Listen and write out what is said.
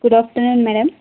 good afternoon madam